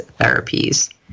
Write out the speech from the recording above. therapies